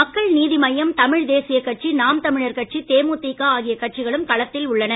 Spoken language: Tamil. மக்கள் நீதிமய்யம் தமிழ் தேசியக் கட்சி நாம் தமிழர் கட்சி தேமுதிக ஆகிய கட்சிகளும் களத்தில் உள்ளன